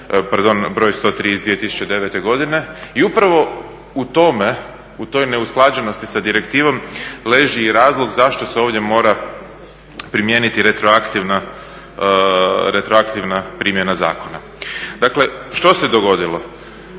broj 103 iz 2009. godine. I upravo u tome, u toj neusklađenosti sa direktivom leži i razlog zašto se ovdje mora primijeniti retroaktivna primjena zakona. Dakle, što se dogodilo?